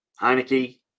Heineke